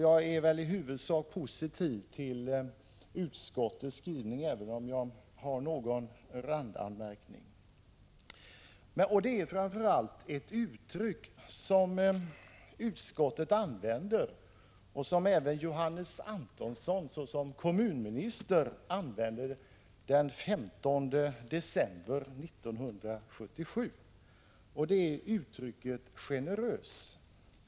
Jag är i huvudsak positiv till utskottets skrivning, även om jag har någon randanmärkning. Det gäller framför allt ett uttryck som utskottet använder och som även Johannes Antonsson såsom kommunminister använde den 15 december 1977 — jag tänker på uttrycket generös.